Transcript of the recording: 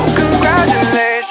congratulations